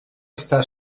estar